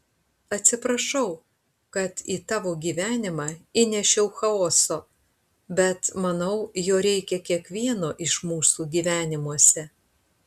atsiprašau kad į tavo gyvenimą įnešiau chaoso bet manau jo reikia kiekvieno iš mūsų gyvenimuose